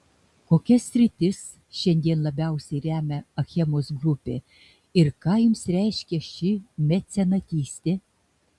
kokias sritis šiandien labiausiai remia achemos grupė ir ką jums reiškia ši mecenatystė